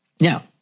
Now